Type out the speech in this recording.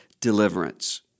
deliverance